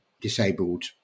disabled